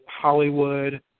Hollywood